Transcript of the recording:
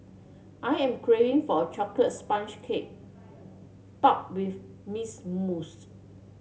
I am craving for a chocolate sponge cake topped with miss